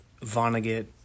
Vonnegut